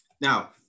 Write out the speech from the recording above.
Now